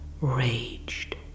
raged